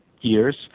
years